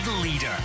leader